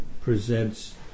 presents